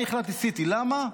אני החלטתי CT. למה?